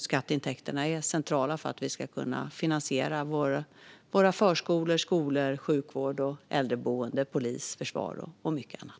Skatteintäkterna är nämligen centrala för att vi ska kunna finansiera förskolor, skolor, sjukvård, äldreboende, polis, försvar och mycket annat.